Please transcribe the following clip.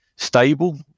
Stable